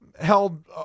held